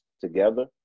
together